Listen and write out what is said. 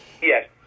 Yes